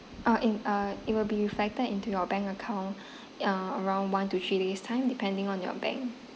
ah in uh it will be reflected into your bank account uh around one to three days time depending on your bank